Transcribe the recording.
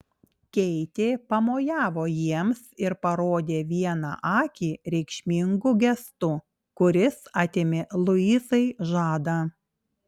keitė pamojavo jiems ir parodė vieną akį reikšmingu gestu kuris atėmė luizai žadą